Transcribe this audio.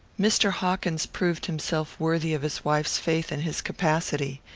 mr. hawkins proved himself worthy of his wife's faith in his capacity.